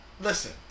Listen